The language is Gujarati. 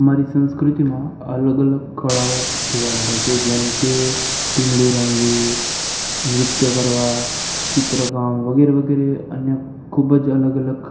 અમારી સંસ્કૃતિમાં અલગ અલગ કળાઓ જોવા મળે છે જેમકે ટીમલી રમવી નૃત્ય કરવા ચિત્ર કામ વગેરે વગેરે અન્ય ખૂબ જ અલગ અલગ